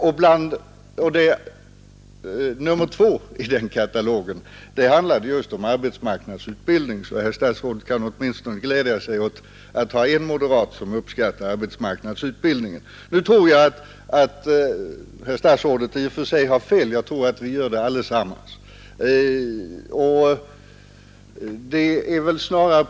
Den andra punkten i den katalogen handlade just om arbetsmarknadsutbildning, så att herr statsrådet kan glädja sig åt att det finns åtminstone en moderat som uppskattar arbetsmarknadsutbildning. Nu tror jag att herr statsrådet i och för sig har fel då han säger att vi inte uppskattar den. Det gör vi nog alla.